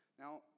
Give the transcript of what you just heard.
Now